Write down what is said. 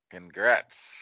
Congrats